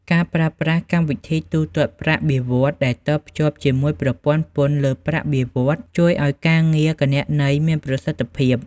ការប្រើប្រាស់កម្មវិធីទូទាត់ប្រាក់បៀវត្សរ៍ដែលតភ្ជាប់ជាមួយប្រព័ន្ធពន្ធលើប្រាក់បៀវត្សរ៍ ជួយឱ្យការងារគណនេយ្យមានប្រសិទ្ធភាព។